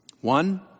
One